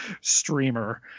streamer